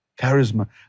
charisma